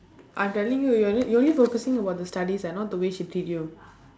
I telling you you are only you only focusing about the studies eh not the way she treat you